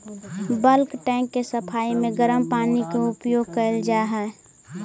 bulk tank के सफाई में गरम पानी के उपयोग कैल जा हई